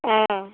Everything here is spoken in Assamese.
অ